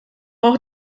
auch